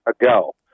ago